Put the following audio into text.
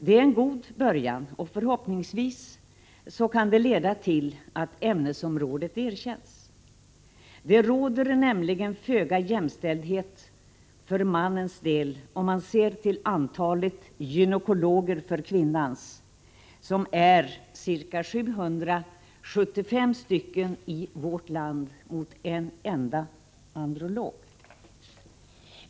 Det är en god början, och förhoppningsvis kan det leda till att ämnesområdet erkänns. Det råder nämligen föga jämställdhet på detta område för mannens del om man ser till antalet gynekologer för kvinnans del, vilket i vårt land är ca 775 mot en enda androlog.